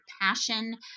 passion